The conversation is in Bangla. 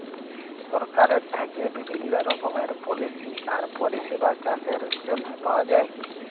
সরকারের থ্যাইকে বিভিল্ল্য রকমের পলিসি আর পরিষেবা চাষের জ্যনহে পাউয়া যায়